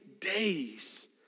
days